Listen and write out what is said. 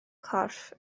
corff